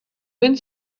wind